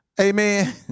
Amen